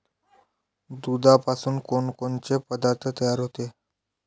दुधापासून कोनकोनचे पदार्थ तयार होते?